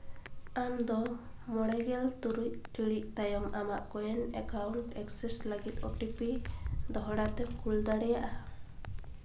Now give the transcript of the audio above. ᱟᱢᱫᱚ ᱢᱚᱬᱮ ᱜᱮᱞ ᱛᱩᱨᱩᱭ ᱴᱤᱬᱤᱡ ᱛᱟᱭᱚᱢ ᱟᱢᱟᱜ ᱠᱳᱭᱮᱱ ᱮᱠᱟᱣᱩᱱᱴ ᱮᱠᱥᱮᱥ ᱞᱟᱹᱜᱤᱫ ᱳ ᱴᱤ ᱯᱤ ᱫᱚᱲᱦᱟ ᱛᱮᱢ ᱠᱩᱞ ᱫᱟᱲᱮᱭᱟᱜᱼᱟ